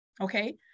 Okay